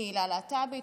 קהילה להט"בית,